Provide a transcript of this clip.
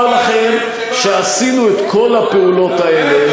אני יכול לומר לכם שעשינו את כל הפעולות האלה